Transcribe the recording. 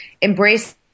embrace